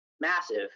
massive